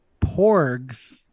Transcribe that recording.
porgs